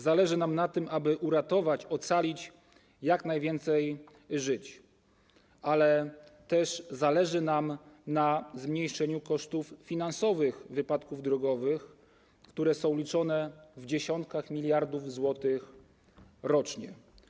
Zależy nam na tym, aby uratować, ocalić jak najwięcej żyć, ale też zależy nam na zmniejszeniu kosztów finansowych wypadków drogowych, które są liczone w dziesiątkach miliardów złotych rocznie.